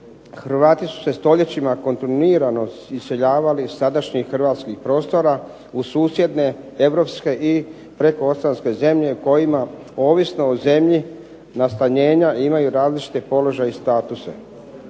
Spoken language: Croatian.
Hrvati su se stoljećima kontinuirano iseljavali iz sadašnjih Hrvatskih prostora u susjedne Europske i prekooceanske zemlje kojima ovisno o zemlji nastanjenja imaju različite položaje i statuse.